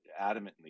adamantly